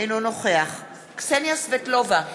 אינו נוכח קסניה סבטלובה,